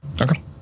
Okay